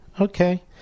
Okay